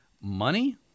money